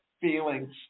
feelings